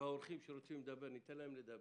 והאורחים שרוצים לדבר ניתן להם לדב.,